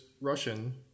Russian